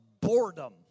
boredom